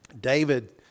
David